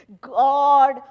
God